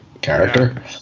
character